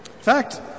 fact